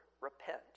repent